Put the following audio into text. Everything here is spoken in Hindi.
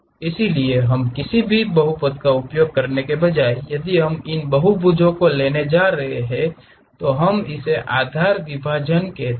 इसलिए हम किसी भी बहुपद का उपयोग करने के बजाय यदि हम इन बहुभुजों को लेने जा रहे हैं तो हम इसे आधार विभाजन कहते हैं